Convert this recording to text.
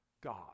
God